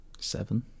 Seven